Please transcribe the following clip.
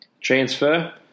transfer